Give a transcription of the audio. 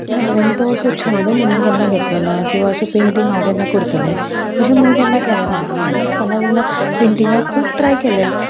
पूण हांवेन तो असो छंद म्हणून केन्ना घेतलो ना किंवां असो पेंटींग हांव केन्ना करतलें अशें म्हणून केन्ना केलें ना ल्हान आसतना तेन्ना पेंटिंगाक खूब ट्राय केल्या